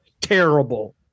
terrible